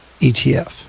ETF